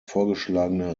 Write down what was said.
vorgeschlagene